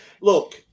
look